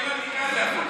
בעיר העתיקה זה הפוך,